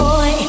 Boy